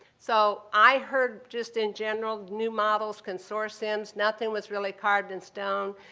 so i heard just in general new models, consortiums, nothing was really carved in stone.